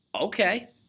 Okay